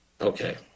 Okay